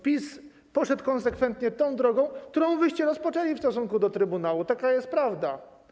PiS poszedł konsekwentnie tą drogą, którą wy rozpoczęliście w stosunku do trybunału, taka jest prawda.